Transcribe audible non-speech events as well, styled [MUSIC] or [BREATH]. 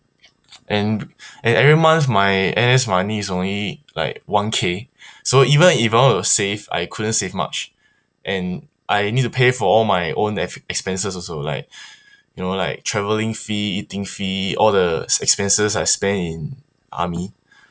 and and every month my N_S money is only like one K [BREATH] so even if I want to save I couldn't save much and I need to pay for all my own ex~ expenses also like [BREATH] you know like travelling fee eating fee all the s~ expenses I spend in army